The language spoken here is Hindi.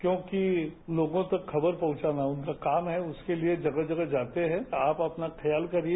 क्योंकि लोगों तक खबर पहुंचाना उनका काम है उसके लिए जगह जगह जाते हैं आप अपना ख्याल करिए